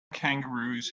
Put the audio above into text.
kangaroos